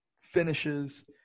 finishes